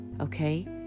Okay